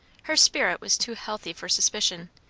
her spirit was too healthy for suspicion,